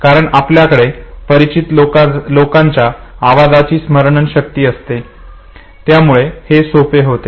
कारण आपल्याकडे परिचित लोकांच्या आवाजाची स्मरणशक्ती असते त्यामुळे हे सोपे होते